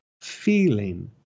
feeling